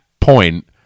point